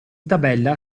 tabella